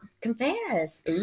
Confess